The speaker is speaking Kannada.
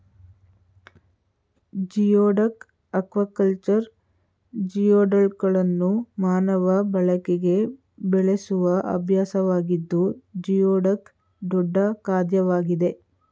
ಜಿಯೋಡಕ್ ಅಕ್ವಾಕಲ್ಚರ್ ಜಿಯೋಡಕ್ಗಳನ್ನು ಮಾನವ ಬಳಕೆಗೆ ಬೆಳೆಸುವ ಅಭ್ಯಾಸವಾಗಿದ್ದು ಜಿಯೋಡಕ್ ದೊಡ್ಡ ಖಾದ್ಯವಾಗಿದೆ